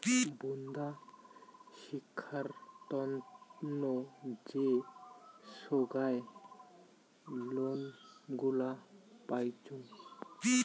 বুন্দা শিক্ষার তন্ন যে সোগায় লোন গুলা পাইচুঙ